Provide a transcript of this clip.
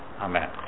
amen